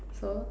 so